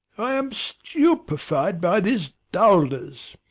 i am stupefied by this dullness.